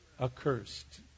accursed